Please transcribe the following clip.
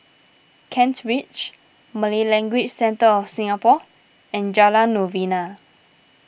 Kent Ridge Malay Language Centre of Singapore and Jalan Novena